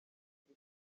kuri